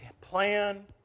plan